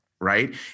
right